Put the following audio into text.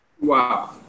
Wow